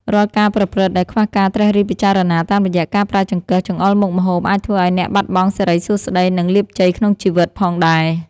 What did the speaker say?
រាល់ការប្រព្រឹត្តដែលខ្វះការត្រិះរិះពិចារណាតាមរយៈការប្រើចង្កឹះចង្អុលមុខម្ហូបអាចធ្វើឱ្យអ្នកបាត់បង់សិរីសួស្តីនិងលាភជ័យក្នុងជីវិតផងដែរ។